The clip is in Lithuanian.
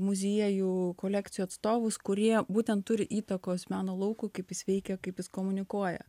muziejų kolekcijų atstovus kurie būtent turi įtakos meno laukui kaip jis veikia kaip jis komunikuoja